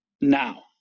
now